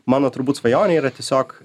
mano turbūt svajonė yra tiesiog